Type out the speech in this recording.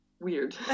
weird